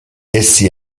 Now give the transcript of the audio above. essi